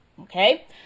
okay